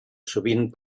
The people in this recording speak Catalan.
sovint